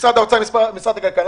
נציג של משרד האוצר ומשרד הכלכלה.